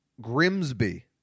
grimsby